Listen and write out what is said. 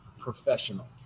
professional